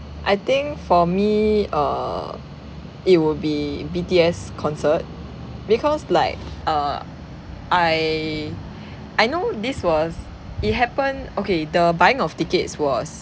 I think for me err it would be B_T_S concert because like err I I know this was it happened okay the buying of tickets was